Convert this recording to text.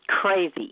crazy